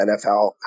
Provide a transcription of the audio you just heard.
NFL